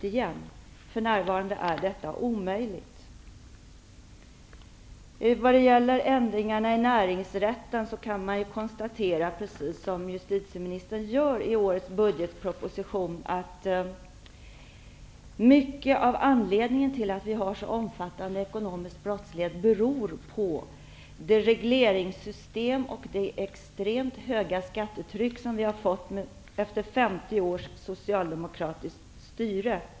Det är för närvarande omöjligt. Precis som justitieministern gör i årets budgetproposition när det gäller ändringarna i näringsrätten, kan man konstatera att det faktum att vi har en så omfattande ekonomisk brottslighet beror på de regleringssystem och det extremt höga skattetryck som vi efter 50 års socialdemokratiskt styre har fått.